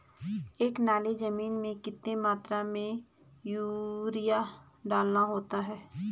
एक नाली जमीन में कितनी मात्रा में यूरिया डालना होता है?